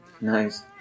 nice